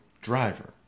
driver